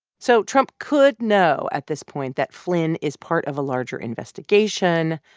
so trump could know at this point that flynn is part of a larger investigation.